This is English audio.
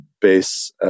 base